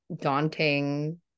daunting